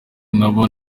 nabo